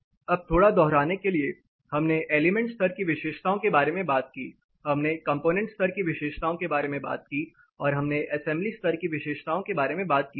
अब थोड़ा दोहराने के लिए हमने एलिमेंट स्तर की विशेषताओं के बारे में बात की हमने कॉम्पोनेंट स्तर की विशेषताओं के बारे में बात की और हमने असेंबली स्तर की विशेषताओं के बारे में भी बात की थी